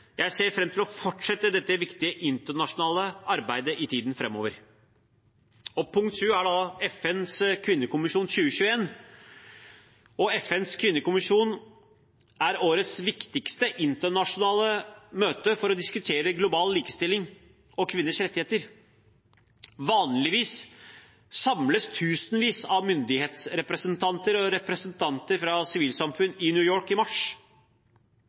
Jeg ser fram til å fortsette dette viktige internasjonale arbeidet i tiden framover. Punkt 7 er FNs kvinnekommisjon 2021. FNs kvinnekommisjon er årets viktigste internasjonale møte for å diskutere global likestilling og kvinners rettigheter. Vanligvis samles tusenvis av myndighetsrepresentanter og representanter fra sivilt samfunn i New York i mars.